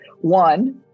One